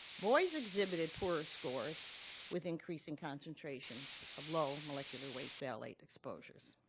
boys exhibited poorer scores with increasing concentrations of low molecular weight phthalate exposures.